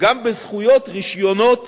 גם בזכויות, רשיונות